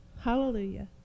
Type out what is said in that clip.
Hallelujah